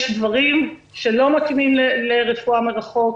יש דברים שלא מתאימים לרפואה מרחוק,